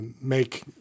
make